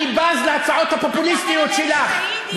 אני בז להצעות הפופוליסטיות שלך.